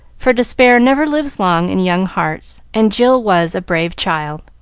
for despair never lives long in young hearts, and jill was a brave child.